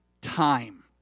time